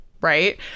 Right